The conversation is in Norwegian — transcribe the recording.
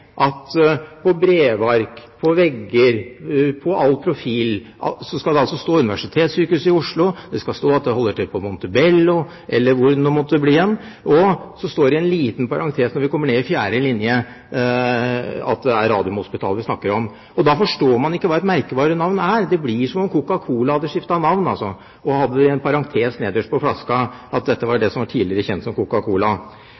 at det på brevark, på vegger og på alle profiler skal stå Oslo universitetssykehus. Det skal stå at det holder til på Montebello, eller hvor det nå måtte bli. Når vi kommer ned i fjerde linje, står det i en liten parentes at det er Radiumhospitalet vi snakker om. Da forstår man ikke hva et merkevarenavn er. Det blir som om Coca-Cola hadde skiftet navn, og at det i en parentes nederst på flasken sto at det var dette som tidligere var